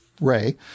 Ray